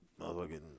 motherfucking